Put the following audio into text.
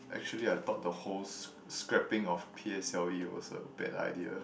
actually I thought the whole sc~ scraping of p_s_l_e was a bad idea